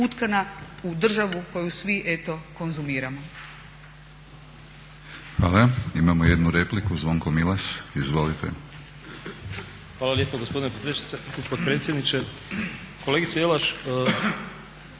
utkana u državu koju svi eto konzumiramo.